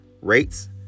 Rates